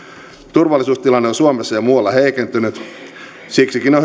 turvallisuustilanne on suomessa ja muualla heikentynyt siksikin on